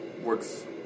works